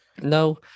No